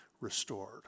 restored